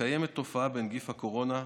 קיימת תופעה בנגיף הקורונה,